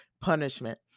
punishment